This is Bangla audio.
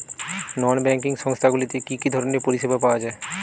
নন ব্যাঙ্কিং সংস্থা গুলিতে কি কি ধরনের পরিসেবা পাওয়া য়ায়?